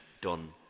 done